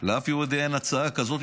לאף יהודי אין הצעה כזאת,